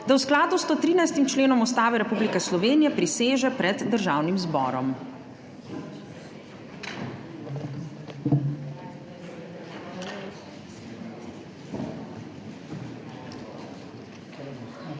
da v skladu z 113. členom Ustave Republike Slovenije priseže pred Državnim zborom.